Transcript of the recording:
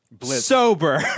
sober